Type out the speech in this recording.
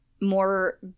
more